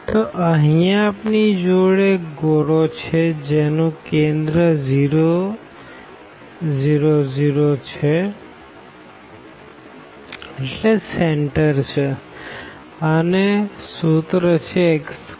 તો અહિયાં આપણી જોડે એક ગોળો છે જેનું કેન્દ્ર 0 0 0છે અને સૂત્ર છે x2y2z2a2